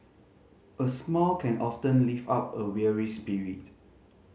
a smile can often lift up a weary spirit